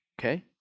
okay